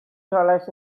dollars